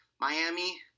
Miami